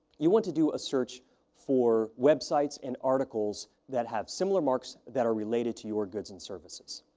you want to do a search for websites and articles that have similar marks that are related to your goods and services.